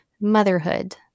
motherhood